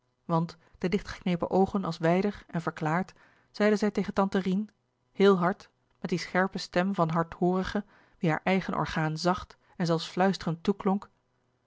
want de dichtgeknepen oogen als wijder en verklaard zeide zei tegen tante rien heel hard met die scherpe stem van hardhoorige wie haar eigen orgaan zacht en zelfs fluisterend toeklonk